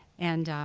and, ah.